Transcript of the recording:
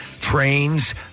trains